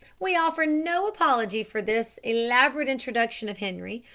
we offer no apology for this elaborate introduction of henri,